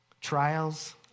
Trials